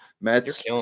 Mets